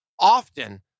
often